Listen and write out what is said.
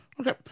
Okay